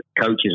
coaches